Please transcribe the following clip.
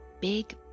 big